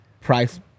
price